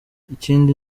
ikindi